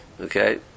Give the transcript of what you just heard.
Okay